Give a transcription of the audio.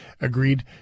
agreed